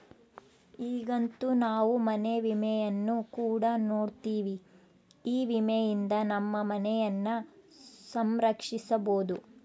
ಈಗಂತೂ ನಾವು ಮನೆ ವಿಮೆಯನ್ನು ಕೂಡ ನೋಡ್ತಿವಿ, ಈ ವಿಮೆಯಿಂದ ನಮ್ಮ ಮನೆಯನ್ನ ಸಂರಕ್ಷಿಸಬೊದು